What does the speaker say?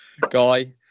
guy